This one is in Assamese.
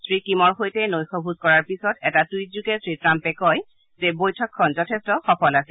শ্ৰী কিমৰ সৈতে নৈশ ভোজ কৰাৰ পিছত এটা টুইটযোগে শ্ৰী ট্টাম্পে কয় যে বৈঠকখন যথেষ্ট সফল আছিল